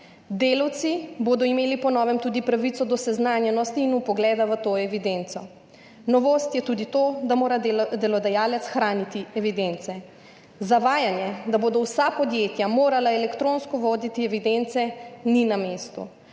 Delavci bodo imeli po novem tudi pravico do seznanjenosti in vpogleda v to evidenco. Novost je tudi to, da mora delodajalec hraniti evidence. Zavajanje, da bodo vsa podjetja morala elektronsko voditi evidence, ni na mestu.